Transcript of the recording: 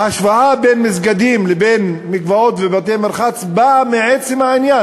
ההשוואה בין מסגדים לבין מקוואות ובתי-מרחץ באה מעצם העניין,